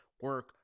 Work